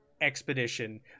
expedition